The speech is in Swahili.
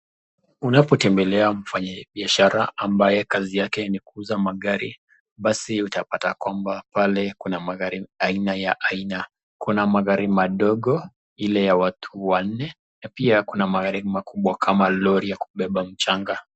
Unapotembelea mfanyibiashara ambaye kazi yake ni kuuza magari ,basi utapata kwamba pale kuna magari aina ya aina. Kuna magari madogo ile ya watu wanne na pia kuna magari makubwa kama lori ya kubeba mchanga.